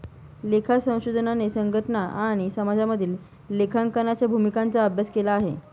लेखा संशोधनाने संघटना आणि समाजामधील लेखांकनाच्या भूमिकांचा अभ्यास केला आहे